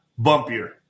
bumpier